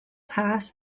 pass